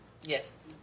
Yes